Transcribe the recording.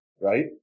right